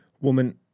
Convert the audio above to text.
Woman